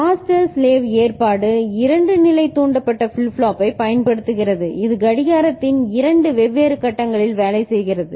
master slave ஏற்பாடு இரண்டு நிலை தூண்டப்பட்ட ஃபிளிப் ஃப்ளாப்பைப் பயன்படுத்துகிறது இது கடிகாரத்தின் இரண்டு வெவ்வேறு கட்டங்களில் வேலை செய்கிறது